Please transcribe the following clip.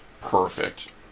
perfect